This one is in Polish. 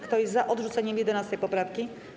Kto jest za odrzuceniem 11. poprawki?